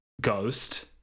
ghost